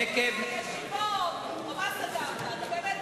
אוקיי, לא הצבעה שמית.